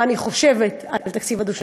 לא משנה כרגע מה אני חושבת על התקציב הדו-שנתי.